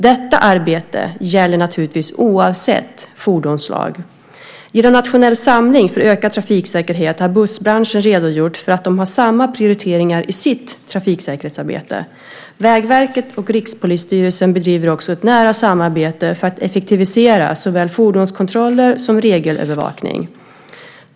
Detta arbete gäller oavsett fordonsslag. Genom Nationell samling för ökad trafiksäkerhet har bussbranschen redogjort för att den har samma prioritering i sitt trafiksäkerhetsarbete. Vägverket och Rikspolisstyrelsen bedriver också ett nära samarbete för att effektivisera såväl fordonskontroller som regelövervakning.